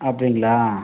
அப்படிங்களா